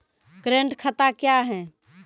Current खाता क्या हैं?